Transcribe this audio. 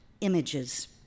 images